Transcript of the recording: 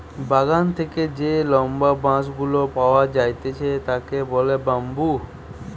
বাগান থেকে যে লম্বা বাঁশ গুলা পাওয়া যাইতেছে তাকে বলে বাম্বু